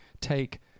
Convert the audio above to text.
take